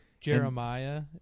Jeremiah